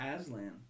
Aslan